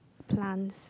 plants